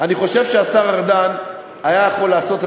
אני חושב שהשר ארדן היה יכול לעשות את